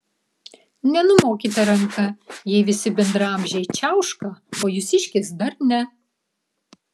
nenumokite ranka jei visi bendraamžiai čiauška o jūsiškis dar ne